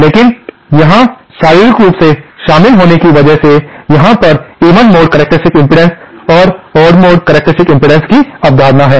लेकिन यहाँ शारीरिक रूप से शामिल होने की वजह से यहां पर even mode even mode characteristics impedance और ओड मोड करक्टेरिस्टिक्स इम्पीडेन्स की अवधारणा है